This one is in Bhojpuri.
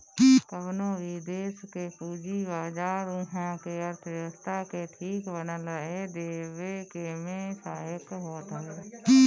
कवनो भी देस के पूंजी बाजार उहा के अर्थव्यवस्था के ठीक बनल रहे देवे में सहायक होत हवे